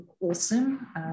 awesome